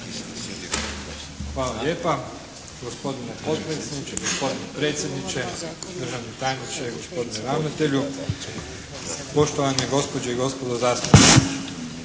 Hvala lijepa. Gospodine podpredsjedniče, gospodine predsjedniče, državni tajniče, gospodine ravnatelju, poštovane gospođe i gospodo zastupnici.